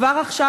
כבר עכשיו,